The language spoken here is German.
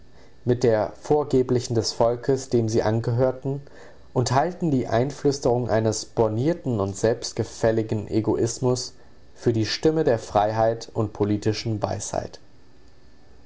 mit der vorgeblichen des volkes dem sie angehörten und halten die einflüsterungen eines bornierten und selbstgefälligen egoismus für die stimme der freiheit und politischen weisheit